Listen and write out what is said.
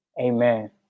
amen